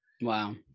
Wow